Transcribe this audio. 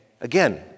again